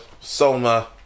Soma